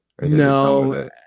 No